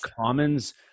commons